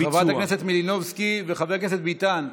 חברת הכנסת מלינובסקי וחבר הכנסת ביטן.